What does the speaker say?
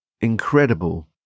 incredible